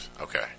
okay